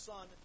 Son